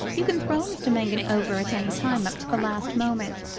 you can throw mr mangan over at any time up to the last moment.